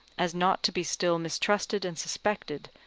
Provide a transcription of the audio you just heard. as not to be still mistrusted and suspected,